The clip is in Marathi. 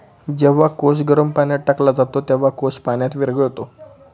जेव्हा कोश गरम पाण्यात टाकला जातो, तेव्हा कोश पाण्यात विरघळतो